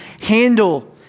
handle